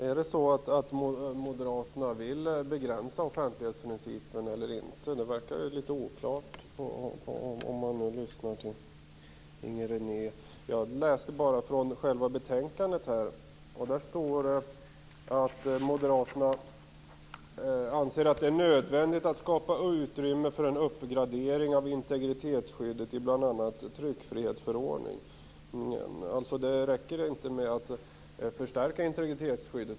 Fru talman! När man lyssnar till Inger René verkar det litet oklart om moderaterna vill begränsa offentlighetsprincipen eller inte. Jag läste från betänkandet, där det står att moderaterna anser att det är nödvändigt att skapa utrymme för en uppgradering av integritetsskyddet i bl.a. tryckfrihetsförordningen. Det räcker alltså inte med att förstärka integritetsskyddet.